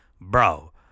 bro